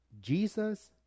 Jesus